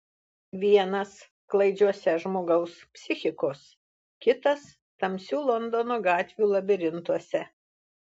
vienas klaidžiuose žmogaus psichikos kitas tamsių londono gatvių labirintuose